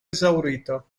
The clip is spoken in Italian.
esaurito